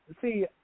see